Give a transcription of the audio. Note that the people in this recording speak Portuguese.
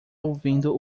ouvindo